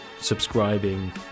subscribing